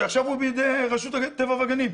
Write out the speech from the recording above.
שעכשיו הוא בידי רשות הטבע והגנים.